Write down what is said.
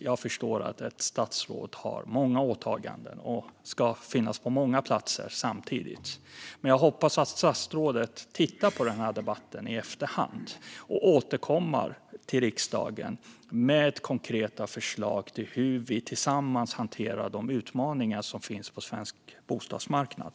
Jag förstår att ett statsråd har många åtaganden och ska finnas på många platser samtidigt, men jag hoppas att statsrådet tittar på denna debatt i efterhand och återkommer till riksdagen med konkreta förslag om hur vi tillsammans kan hantera de utmaningar som finns på svensk bostadsmarknad.